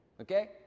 Okay